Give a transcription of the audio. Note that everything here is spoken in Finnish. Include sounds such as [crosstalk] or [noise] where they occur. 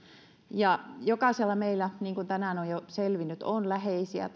jokaisella meillä niin kuin tänään on jo selvinnyt on läheisiä [unintelligible]